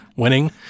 winning